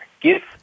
give